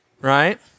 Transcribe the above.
right